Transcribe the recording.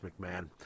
McMahon